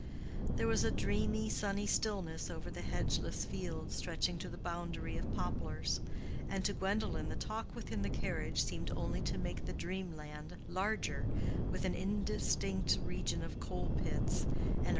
there was a dreamy, sunny stillness over the hedgeless fields stretching to the boundary of poplars and to gwendolen the talk within the carriage seemed only to make the dreamland larger with an indistinct region of coal-pits,